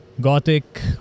Gothic